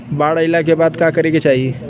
बाढ़ आइला के बाद का करे के चाही?